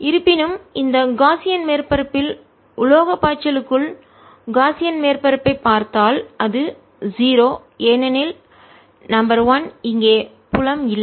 இருப்பினும் இந்த காஸியன் மேற்பரப்பின் உலோகப் பாய்ச்சலுக்குள் காஸியன் மேற்பரப்பை பார்த்தால் அது 0 ஏனெனில் நம்பர் 1 இங்கே புலம் இல்லை